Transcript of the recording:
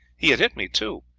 he had hit me too,